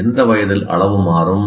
எந்த வயதில் அளவு மாறும்